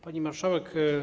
Pani Marszałek!